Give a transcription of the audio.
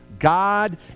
God